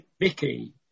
Vicky